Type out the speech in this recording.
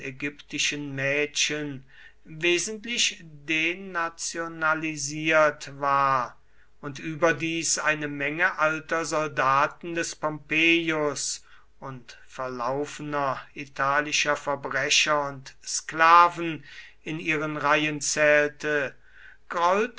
ägyptischen mädchen wesentlich denationalisiert war und überdies eine menge alter soldaten des pompeius und verlaufener italischer verbrecher und sklaven in ihren reihen zählte